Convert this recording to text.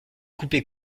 couper